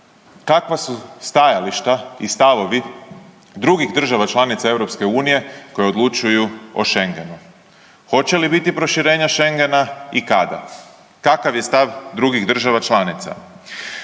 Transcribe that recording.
kakva su stajališta i stavovi drugih država članica EU koje odlučuju o Šengenu. Hoće li biti proširenja Šengena i kada, kakav je stav drugih država članica?